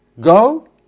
go